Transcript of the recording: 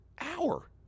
hour